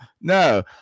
no